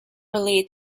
related